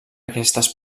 aquestes